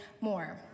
more